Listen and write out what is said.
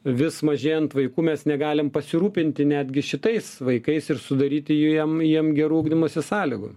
vis mažėjant vaikų mes negalim pasirūpinti netgi šitais vaikais ir sudaryti jiem jiem gerų ugdymosi sąlygų